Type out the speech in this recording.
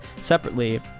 separately